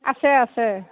আছে আছে